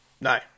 No